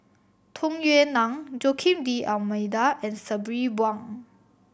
Tung Yue Nang Joaquim D'Almeida and Sabri Buang